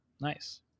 nice